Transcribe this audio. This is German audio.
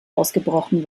ausgebrochen